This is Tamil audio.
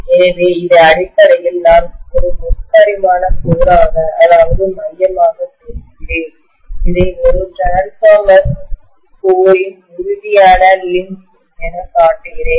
எனவே இது அடிப்படையில் நான் ஒரு முப்பரிமாண கோராக மையமாகப் பேசுகிறேன் இதை ஒரு மின்மாற்றிடிரான்ஸ்பார்மர் கோரின் மையத்தின் உறுதியான லிம்ப் மூட்டு எனக் காட்டுகிறேன்